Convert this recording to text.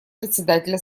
председателя